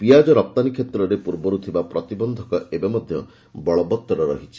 ପିଆଜ ରପ୍ତାନୀ କ୍ଷେତ୍ରରେ ପୂର୍ବରୁ ଥିବା ପ୍ରତିବନ୍ଧକ ଏବେ ମଧ୍ୟ ବଳବତ୍ତର ରହିଛି